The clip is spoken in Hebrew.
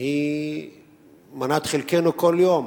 היא מנת חלקנו כל יום.